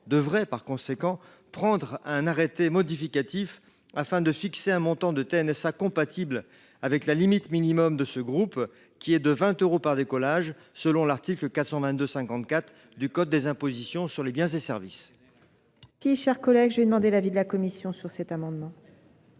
devraient par conséquent prendre un arrêté modificatif, afin de fixer un montant de TNSA compatible avec la limite minimum de ce groupe, qui est de 20 euros par décollage, selon l’article L. 422 54 du code des impositions sur les biens et services. Quel est l’avis de la commission ? Sur un tel